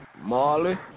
Marley